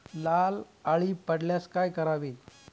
लाल अळी पडल्यास काय करावे?